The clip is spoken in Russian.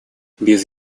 без